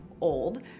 old